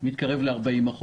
מתקרב ל-40%.